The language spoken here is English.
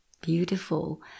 beautiful